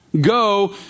Go